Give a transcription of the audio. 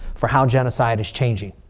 for how genocide is changing.